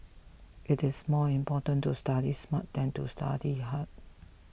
it is more important to study smart than to study hard